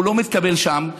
הוא לא מתקבל שם,